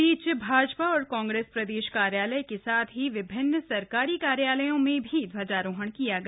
इस बीच भाजपा और कांग्रेस प्रदेश कार्यालय के साथ ही विभिन्न सरकारी कार्यालयों में भी ध्वजारोहण किया गया